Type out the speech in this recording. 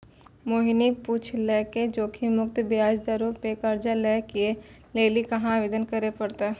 मोहिनी पुछलकै जोखिम मुक्त ब्याज दरो पे कर्जा लै के लेली कहाँ आवेदन करे पड़तै?